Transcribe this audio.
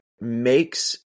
makes